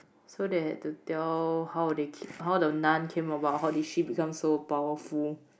so they had to tell how they ke~ how the nun came about how did she become so powerful